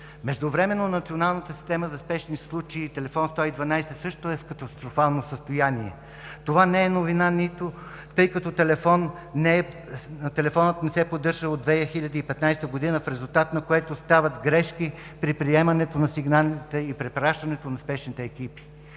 Междувременно националната система за спешни случаи и телефон 112 също е в катастрофално състояние. Това не е новина, тъй като телефонът не се поддържа от 2015 г., в резултат на което стават грешки при приемането на сигналите и препращането на спешните екипи.